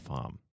Farm